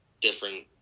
different